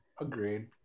Agreed